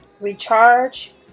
recharge